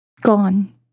Gone